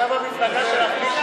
גם במפלגה שלך יש